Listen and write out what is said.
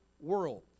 world